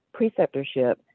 preceptorship